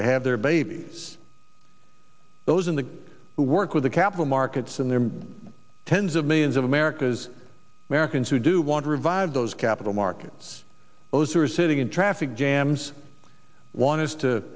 to have their babies those in the work with the capital markets and there are tens of millions of americas americans who do want to revive those capital markets those who are sitting in traffic jams want us to